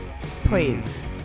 Please